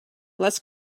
less